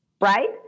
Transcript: right